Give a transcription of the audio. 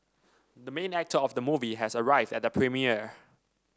the main actor of the movie has arrived at the premiere